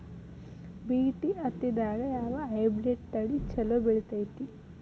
BT ಹತ್ತಿದಾಗ ಯಾವ hybrid ತಳಿ ಛಲೋ ಬೆಳಿತೈತಿ?